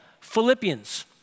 Philippians